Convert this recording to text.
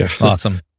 Awesome